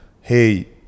Hey